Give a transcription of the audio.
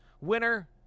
Winner